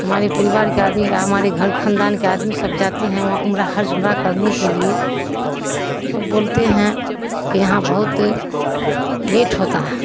ہمارے پریوار کے آدمی یا ہمارے گھر خاندان کے آدمی سب جاتے ہیں وہاں عمرہ حج عمرہ کرنے کے لیے تو سب بولتے ہیں کہ یہاں بہت لیٹ ہوتا ہے